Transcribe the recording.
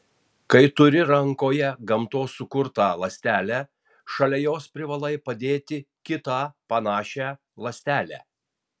kai turi rankoje gamtos sukurtą ląstelę šalia jos privalai padėti kitą panašią ląstelę